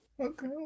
Okay